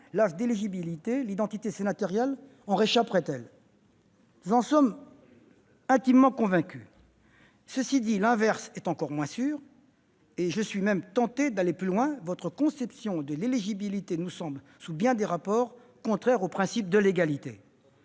l'âge d'éligibilité ? L'identité sénatoriale en réchapperait-elle ? Nous en sommes intimement convaincus. Cela étant dit, l'inverse est encore moins sûr. Je suis même tenté d'aller plus loin : votre conception de l'éligibilité nous semble, sous bien des rapports, contraire au principe d'égalité,